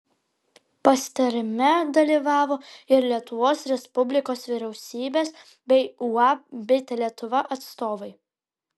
pasitarime dalyvavo ir lietuvos respublikos vyriausybės bei uab bitė lietuva atstovai